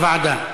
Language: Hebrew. לוועדה.